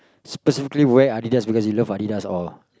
specifically wear Adidas because you love Adidas or